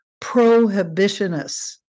prohibitionists